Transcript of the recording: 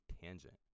Tangent